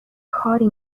کاری